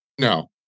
No